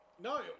No